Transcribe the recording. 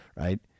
Right